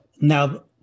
Now